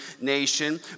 nation